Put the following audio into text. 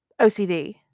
OCD